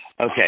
Okay